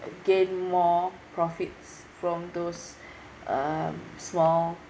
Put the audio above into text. gain more profits from those um small